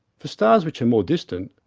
for stars which are more distant,